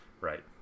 Right